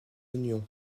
oignons